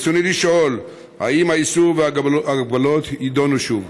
רצוני לשאול: האם האיסור וההגבלות יידונו שוב?